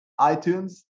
iTunes